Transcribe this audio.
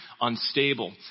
unstable